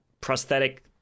prosthetic